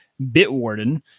Bitwarden